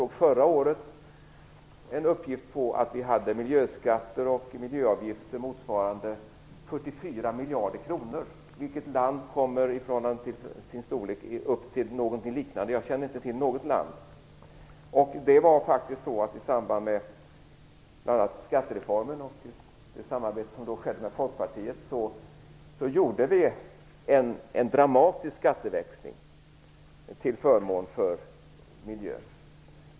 Jag såg förra året en uppgift på att vi hade miljöskatter och miljöavgifter motsvarande 44 miljarder kronor. Vilket land kommer upp till någonting liknande? Jag känner inte till något sådant land. I samband med bl.a. skattereformen och det samarbete som då skedde med Folkpartiet gjorde vi en dramatisk skatteväxling till förmån för miljön.